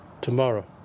tomorrow